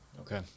Okay